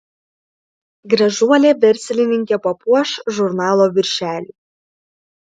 gražuolė verslininkė papuoš žurnalo viršelį